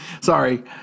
Sorry